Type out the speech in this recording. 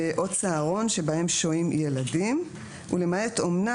או צהרון שבהם שוהים ילדים ולמעט אומנה